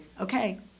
okay